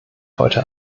heute